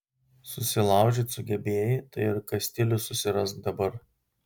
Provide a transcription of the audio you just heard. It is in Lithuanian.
susilaužyt sugebėjai tai ir kastilius susirask dabar